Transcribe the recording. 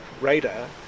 radar